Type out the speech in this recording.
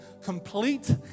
complete